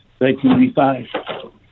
1985